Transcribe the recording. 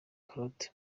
claude